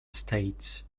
states